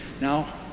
Now